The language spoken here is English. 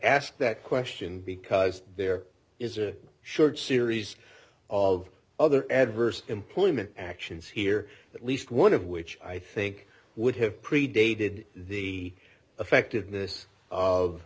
ask that question because there is a short series of other adverse employment actions here at least one of which i think would have predated the effectiveness of